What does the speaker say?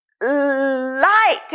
light